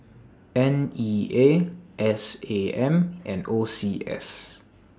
N E A S A M and O C S